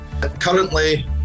Currently